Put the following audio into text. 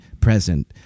present